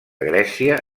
grècia